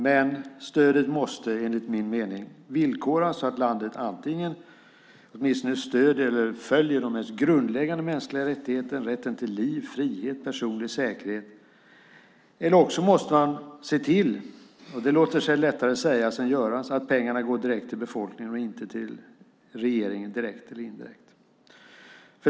Men stödet måste enligt min mening villkoras så att landet antingen åtminstone stöder eller följer de mest grundläggande mänskliga rättigheterna - rätten till liv, frihet, personlig säkerhet - eller också måste man se till, och det låter sig lättare sägas än göras, att pengarna går direkt till befolkningen och inte till regeringen direkt eller indirekt.